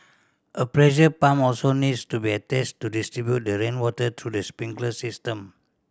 a pressure pump also needs to be attached to distribute the rainwater through the sprinkler system